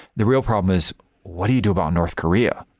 the real problem is what do you do about north korea,